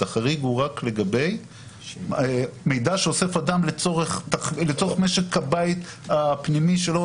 החריג הוא רק לגבי מידע שאוסף אדם לצורך משק הבית הפנימי שלו,